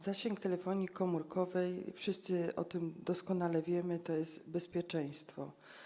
Zasięg telefonii komórkowej, wszyscy o tym doskonale wiemy, to jest bezpieczeństwo.